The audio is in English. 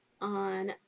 on